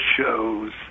shows